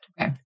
Okay